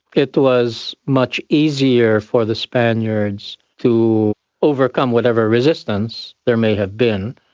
it was much easier for the spaniards to overcome whatever resistance there may have been.